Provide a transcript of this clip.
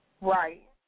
Right